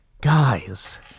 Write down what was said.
Guys